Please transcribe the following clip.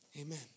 Amen